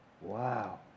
Wow